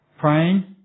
praying